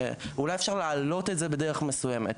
אולי אפשר להעלות את זה בדרך מסוימת.